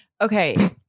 okay